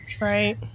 right